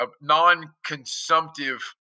non-consumptive